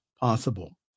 possible